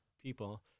people